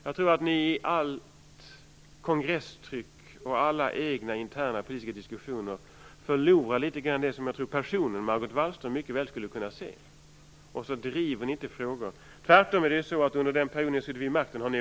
Jag tror att ni i allt kongresstryck och i alla interna politiska diskussioner förlorar litet grand av det som jag tror att personen Margot Wallström mycket väl skulle kunna se. Ni driver inte frågor, utan har tvärtom återställt under den period ni har suttit vid makten.